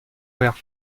verts